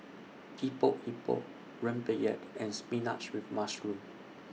Epok Epok Rempeyek and Spinach with Mushroom